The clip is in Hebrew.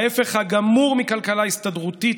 ההפך הגמור מכלכלה הסתדרותית,